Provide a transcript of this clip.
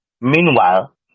Meanwhile